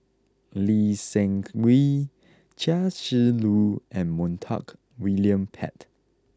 Lee Seng Wee Chia Shi Lu and Montague William Pett